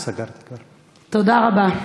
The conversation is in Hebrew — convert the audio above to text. תודה רבה.